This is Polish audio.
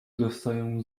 dostaję